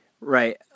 Right